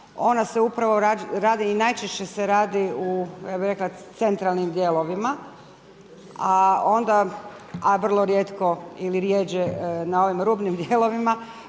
ona se upravo radi i najčešće se radi u ja bih rekla centralnim dijelovima, a vrlo rijetko ili rjeđe na ovim rubnim dijelovima.